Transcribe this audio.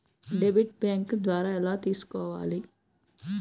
Debit bank ద్వారా ఎలా తీసుకోవాలి?